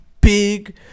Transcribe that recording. Big